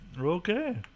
Okay